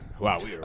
Wow